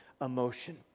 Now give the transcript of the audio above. emotion